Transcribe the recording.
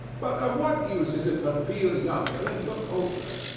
but of what use is it to feel younger and look older?